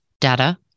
data